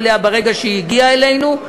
הצעת החוק שהגיעה אלינו.